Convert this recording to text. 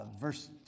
verse